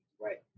Right